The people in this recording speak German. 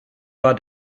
war